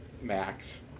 Max